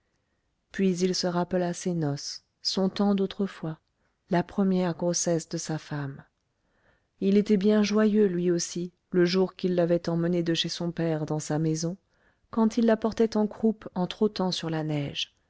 puis il se rappela ses noces son temps d'autrefois la première grossesse de sa femme il était bien joyeux lui aussi le jour qu'il l'avait emmenée de chez son père dans sa maison quand il la portait en croupe en trottant sur la neige